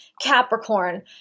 Capricorn